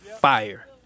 Fire